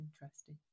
interesting